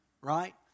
right